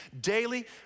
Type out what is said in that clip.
daily